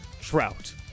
Trout